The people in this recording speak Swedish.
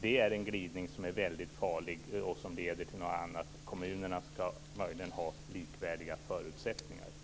Det är en glidning som är mycket farlig och som leder till något annat. Kommunerna skall möjligen ha likvärdiga förutsättningar.